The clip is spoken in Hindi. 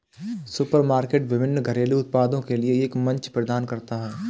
सुपरमार्केट विभिन्न घरेलू उत्पादों के लिए एक मंच प्रदान करता है